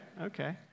okay